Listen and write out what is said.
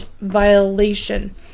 violation